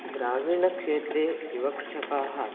ग्रामीणक्षेत्रे युवकृषकाः